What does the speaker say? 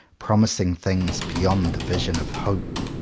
promising things beyond the vision of hope.